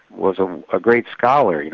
was ah a great scholar. yeah